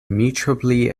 mutually